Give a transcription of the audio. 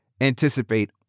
anticipate